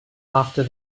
after